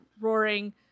Roaring